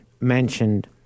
mentioned